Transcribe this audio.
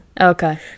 okay